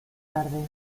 tarde